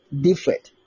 different